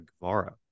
Guevara